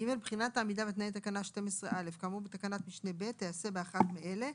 (ג)בחינת העמידה בתנאי תקנה 12א כאמור בתקנת משנה (ב) תיעשה באחת מאלה: